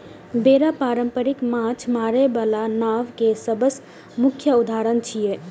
बेड़ा पारंपरिक माछ मारै बला नाव के सबसं मुख्य उदाहरण छियै